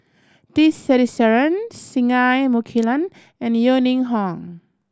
T Sasitharan Singai Mukilan and Yeo Ning Hong